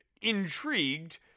intrigued